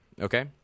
Okay